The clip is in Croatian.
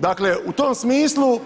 Dakle, u tom smislu